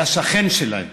היה שכן שלהם